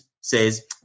says